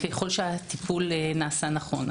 ככל שהטיפול נעשה נכון.